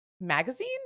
magazine